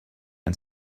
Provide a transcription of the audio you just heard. and